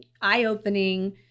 eye-opening